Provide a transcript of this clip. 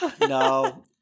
No